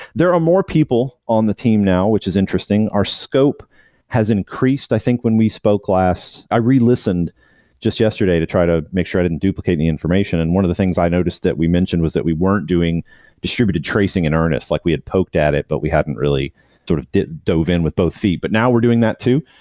there are more people on the team now, which is interesting. our scope has increased. i think when we spoke last, i re-listened just yesterday to try to make sure i didn't duplicate any information and one of the things i noticed that we mentioned was that we weren't doing distributed tracing in earnest. like we had poked at it, but we haven't really sort of dove in with both feet. but now we're doing that too,